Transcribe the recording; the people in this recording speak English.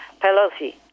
Pelosi